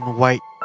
white